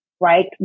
right